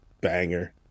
banger